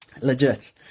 Legit